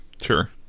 sure